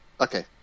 Okay